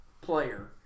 player